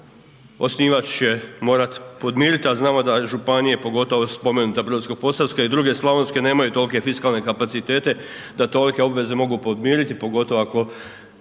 osnivač će morat podmiriti a znamo da županije pogotovo spomenuta Brodsko-posavska i druge slavonske nemaju tolike fiskalne kapacitete da to tolike obveze mogu podmiriti pogotovo ako